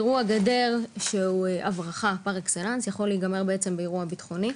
אירוע הגדר שהוא הברחה פר-אקסלנס יכול להיגמר בעצם באירוע ביטחוני.